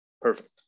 perfect